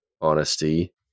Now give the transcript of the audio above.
honesty